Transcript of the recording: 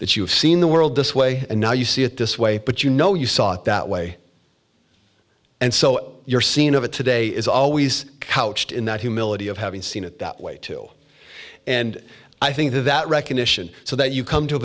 that you've seen the world this way and now you see it this way but you know you saw it that way and so you're seeing of it today is always couched in that humility of having seen it that way too and i think that recognition so that you come to a